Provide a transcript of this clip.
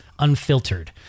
unfiltered